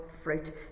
fruit